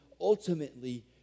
ultimately